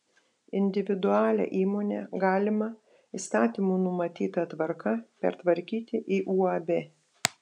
individualią įmonę galima įstatymų numatyta tvarka pertvarkyti į uab